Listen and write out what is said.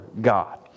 God